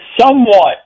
somewhat